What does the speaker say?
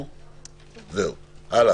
הלאה.